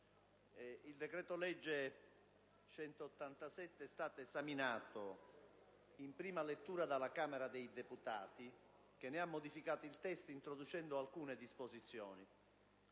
novembre 2010, n. 187, è stato esaminato in prima lettura dalla Camera dei deputati che ha modificato il testo introducendo alcune disposizioni.